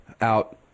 out